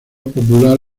popular